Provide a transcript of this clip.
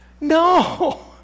No